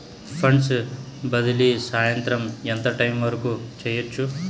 funds బదిలీ సాయంత్రం ఎంత టైము వరకు చేయొచ్చు